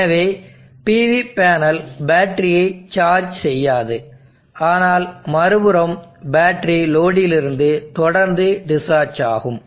எனவே PV panel பேட்டரியை charge செய்யாது ஆனால் மறுபுறம் பேட்டரி லோடிலிருந்து தொடர்ந்து டிஸ்சார்ஜ் ஆகும்